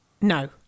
No